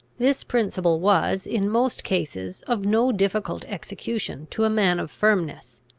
this principle was, in most cases, of no difficult execution to a man of firmness.